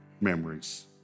memories